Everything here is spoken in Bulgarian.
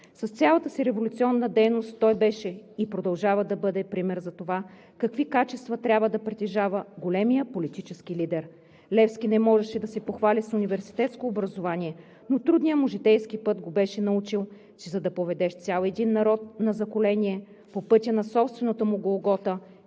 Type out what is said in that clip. С цялата си революционна дейност той беше и продължава да бъде пример за това какви качества трябва да притежава големият политически лидер. Левски не можеше да се похвали с университетско образование, но трудният му житейски път го беше научил, че за да поведеш цял един народ на заколение по пътя на собствената му голгота